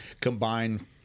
combine